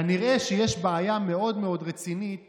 כנראה יש בעיה מאוד מאוד רצינית